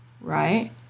right